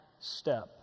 step